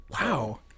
wow